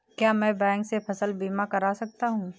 क्या मैं बैंक से फसल बीमा करा सकता हूँ?